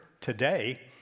today